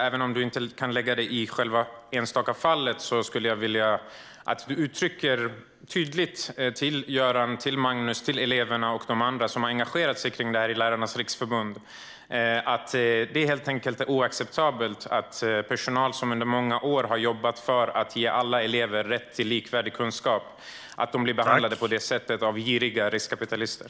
Även om du inte kan lägga dig i det enskilda fallet skulle jag vilja att du uttrycker tydligt för Göran, Magnus, eleverna och de andra inom Lärarnas Riksförbund som har engagerat sig att det helt enkelt är oacceptabelt att personal, som har jobbat under många år för att ge alla elever rätt till likvärdig kunskap, blir behandlade på det här sättet av giriga riskkapitalister.